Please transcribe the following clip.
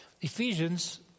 Ephesians